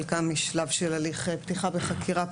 חלקם משלב של הליכי פתיחה וחקירה פלילית,